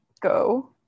go